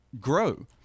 grow